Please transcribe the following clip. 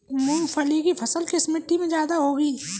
मूंगफली की फसल किस मिट्टी में ज्यादा होगी?